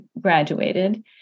graduated